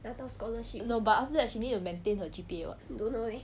no but after that she need to maintain her G_P_A [what]